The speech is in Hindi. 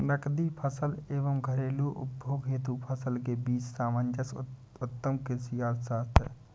नकदी फसल एवं घरेलू उपभोग हेतु फसल के बीच सामंजस्य उत्तम कृषि अर्थशास्त्र है